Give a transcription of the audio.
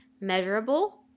measurable